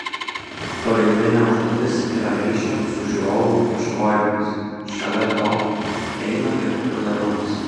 pagrindinė užduotis yra ryšio su žiūrovu ieškojimas šalia to eina ir populiarumas